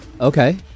Okay